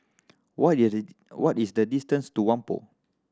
what is the what is the distance to Whampoa